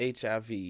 HIV